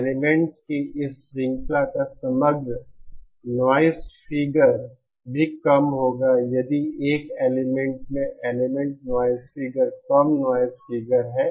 elements की इस श्रृंखला का समग्र नॉइज़ फिगर भी कम होगा यदि 1 एलिमेंट में एलिमेंट नॉइज़ फिगर कम नॉइज़ फिगर है